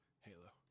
Halo